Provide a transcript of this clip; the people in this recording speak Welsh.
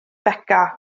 beca